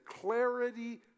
clarity